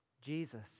Jesus